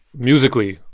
musically.